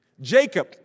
Jacob